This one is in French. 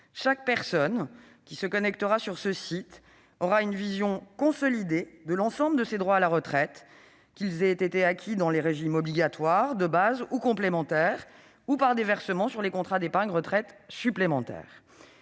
chaque personne qui se connectera à ce site aura une vision consolidée de l'ensemble de ses droits à la retraite, qu'ils soient acquis dans les régimes obligatoires, de base ou complémentaires, ou par des versements sur les contrats d'épargne retraite supplémentaire.